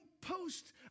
post